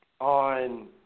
On